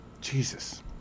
Jesus